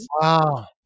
Wow